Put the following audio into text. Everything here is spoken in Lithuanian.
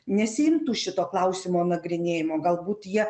nesiimtų šito klausimo nagrinėjimo galbūt jie